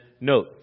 note